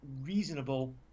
reasonable